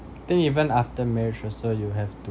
I think even after marriage also you have to